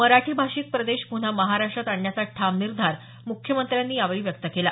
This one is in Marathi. मराठी भाषिक प्रदेश पुन्हा महाराष्ट्रात आणण्याचा ठाम निर्धार मुख्यमंत्र्यांनी यावेळी व्यक्त केला